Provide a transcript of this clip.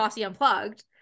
Unplugged